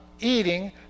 eating